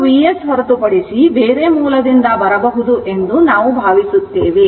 ಇದು Vs ಹೊರತುಪಡಿಸಿ ಬೇರೆ ಮೂಲದಿಂದ ಬರಬಹುದು ಎಂದು ನಾವು ಭಾವಿಸುತ್ತೇವೆ